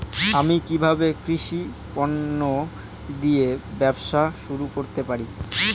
আমি কিভাবে কৃষি পণ্য দিয়ে ব্যবসা শুরু করতে পারি?